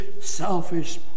selfish